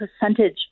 percentage